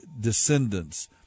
descendants